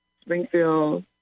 Springfield